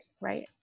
right